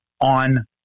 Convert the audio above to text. on